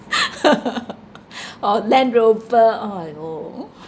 or land rover !aiyo!